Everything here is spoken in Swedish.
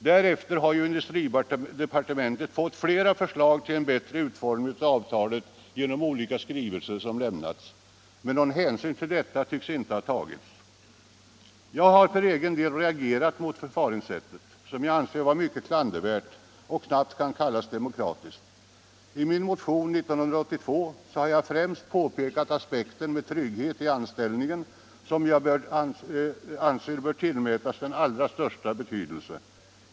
Därefter har industridepartementet fått flera förslag till en bättre utformning av avtalet genom olika skrivelser som lämnats, men någon hänsyn till detta tycks inte ha tagits. Jag har för egen del reagerat mot detta förfaringssätt, som jag anser vara mycket klandervärt och knappast kan kallas demokratiskt. I min motion nr 1982 har jag främst påpekat aspekten med trygghet i anställningen, som jag anser bör tillmätas den allra största betydelse.